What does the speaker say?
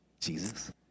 Jesus